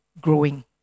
Growing